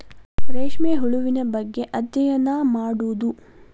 ರೇಶ್ಮೆ ಹುಳುವಿನ ಬಗ್ಗೆ ಅದ್ಯಯನಾ ಮಾಡುದು